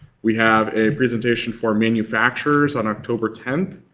we have a presentation for manufacturers on october tenth.